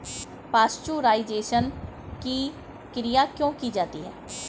Pasteurisation की क्रिया क्यों की जाती है?